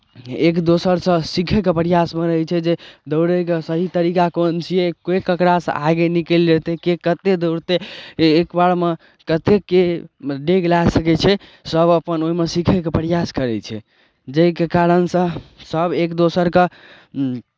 एक दोसरसँ सीखयके प्रयासमे रहै छै जे दौड़यके सही तरीका कोन छियै के ककरासँ आगे निकलि जेतै के कतेक दौड़तै जे एक बारमे कतेक के डेग लए सकै छै सभ अपन ओहिमे सीखयके प्रयास करै छै जाहिके कारणसँ सभ एक दोसरकेँ